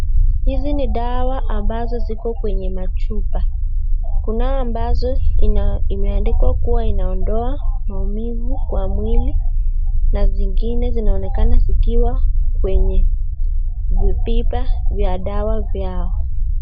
Hizi ni dawa ambazo ziko kwenye machupa. Kunayo ambayo imeandikwa kuwa inaondoa maumivu kwa mwili na zingine zinaonekana zikiwa kwenye vipipa vya dawa vyao.